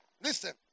Listen